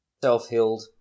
self-healed